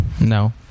No